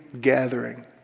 gathering